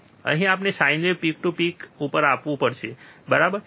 અહીં આપણે sine wave peak to peak to peak ઉપર આપવું પડશે બરાબર